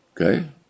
Okay